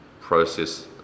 process